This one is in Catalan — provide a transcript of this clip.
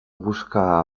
buscar